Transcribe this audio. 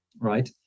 right